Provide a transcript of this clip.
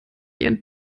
ihren